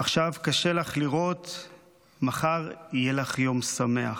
/ עכשיו קשה לך לראות / מחר יהיה לך יום שמח.